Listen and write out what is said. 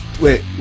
wait